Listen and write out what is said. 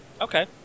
Okay